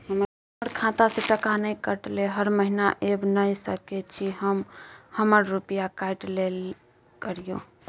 हमर खाता से टका नय कटलै हर महीना ऐब नय सकै छी हम हमर रुपिया काइट लेल करियौ?